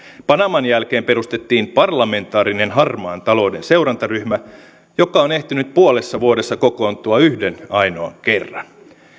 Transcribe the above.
panaman jälkeen perustettiin parlamentaarinen harmaan talouden seurantaryhmä joka on ehtinyt puolessa vuodessa kokoontua yhden ainoan kerran